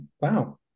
Wow